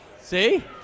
See